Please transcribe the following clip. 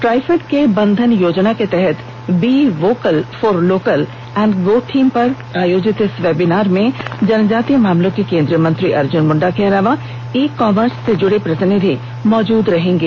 ट्राइफेड के बंधन योजना के तहत be vocal for local and go theme पर आयोजित इस वेबिनार में जनजातीय मामलों के केंद्रीय मंत्री अर्जुन मुंडा के अलावा ई कॉमर्स से जुड़े प्रतिनिधि मौजूद रहेंगे